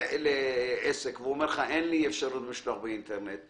בא לעסק ובעל העסק אומר לך: אין לי אפשרות לשלוח באינטרנט,